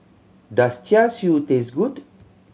does Char Siu taste good